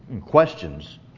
questions